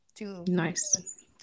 Nice